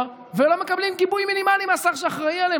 ולא מקבלים גיבוי מינימלי מהשר שאחראי להם?